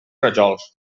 rajols